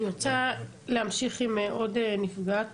אני רוצה להמשיך עם עוד נפגעת